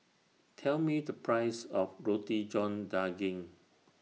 Tell Me The Price of Roti John Daging